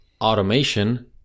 automation